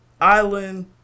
island